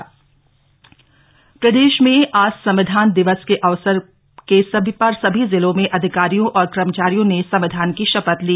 प्रदेश संविधान दिवस प्रदेश में आज संविधान दिवस के अवसर के सभी जिलों में अधिकारियो और कर्मचारियो ने संविधान की शपथ ली